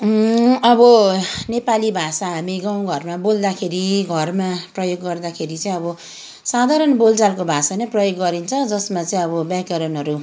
अब नेपाली भाषा हामी गाउँ घरमा बोल्दाखेरि घरमा प्रयोग गर्दाखेरि चाहिँ अब साधारण बोलचालको भाषा नै प्रयोग गरिन्छ जसमा चाहिँ अब व्याकरणहरू